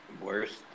Worst